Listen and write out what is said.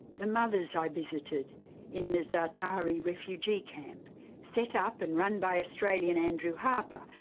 the mothers i visited in the za'atari refugee camp set up and run by australian, andrew harper,